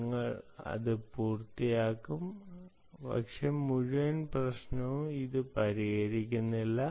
ഞങ്ങൾ അത് പൂർത്തിയാക്കും പക്ഷേ മുഴുവൻ പ്രശ്നവും ഇത് പരിഹരിക്കുന്നില്ല